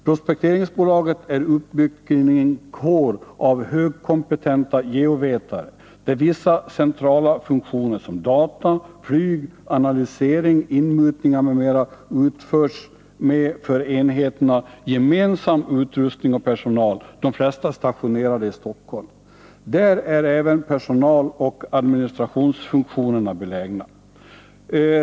Prospekteringsbolaget är uppbyggt kring en kår av högkompetenta geovetare, där vissa centrala funktioner som data, flyg, analysering, inmutningar m.m. utförs med för enheterna gemensam utrustning och personal. Det flesta är stationerade i Stockholm. Där är även personaloch administrationsfunktionerna belägna.